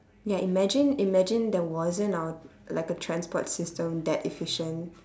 ya imagine imagine there wasn't our like a transport system that efficient